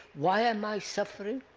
why am i suffering?